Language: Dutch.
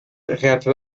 rapen